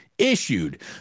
issued